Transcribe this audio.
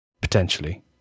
potentially